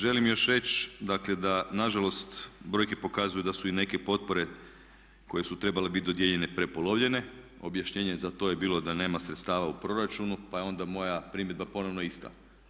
Želim još reći da dakle nažalost brojke pokazuju da su i neke potpore koje su trebale biti dodijeljene prepolovljenje, objašnjenje za to je bilo da nema sredstava u proračunu pa je onda moja primjedba ponovno ista.